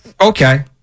Okay